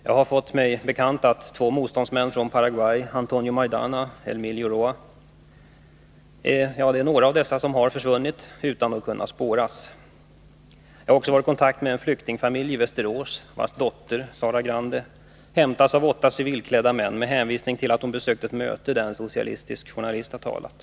Det är mig bekant att två motståndsmän från Paraguay, Antonio Maidana och Emilio Roa, är några av dem som har försvunnit utan att kunna spåras. Jag har också varit i kontakt med en flyktingfamilj i Västerås vars dotter Sara Grande hämtades av åtta civilklädda män, med hänvisning till att hon besökt Nr 111 ett möte där en socialistisk journalist hade talat.